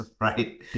right